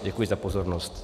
Děkuji za pozornost.